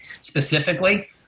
specifically